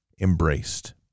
embraced